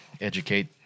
educate